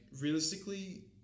realistically